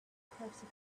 practical